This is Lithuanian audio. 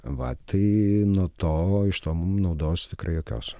va tai nuo to iš to mum naudos tikrai jokios